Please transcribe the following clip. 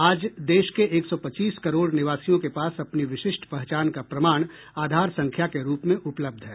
आज देश के एक सौ पच्चीस करोड़ निवासियों के पास अपनी विशिष्ट पहचान का प्रमाण आधार संख्या के रूप में उपलब्ध है